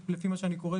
לפי מה שאני קורא,